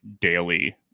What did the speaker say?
daily